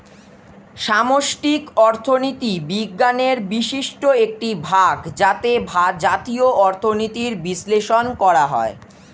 সামষ্টিক অর্থনীতি বিজ্ঞানের বিশিষ্ট একটি ভাগ যাতে জাতীয় অর্থনীতির বিশ্লেষণ করা হয়